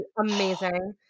amazing